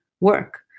work